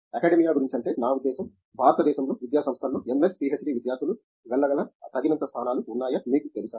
Academia గురించి అంటే నా ఉద్దేశ్యం భారతదేశంలో విద్యాసంస్థలో ఎంఎస్ పిహెచ్డి విద్యార్థులు వెళ్ళగల తగినంత స్థానాలు ఉన్నాయా మీకు తెలుసా